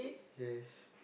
yes